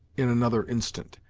in another instant,